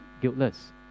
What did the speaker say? guiltless